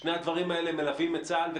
שני הדברים האלה מלווים את צבא הגנה